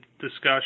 discussion